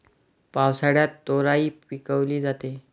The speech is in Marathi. पावसाळ्यात तोराई पिकवली जाते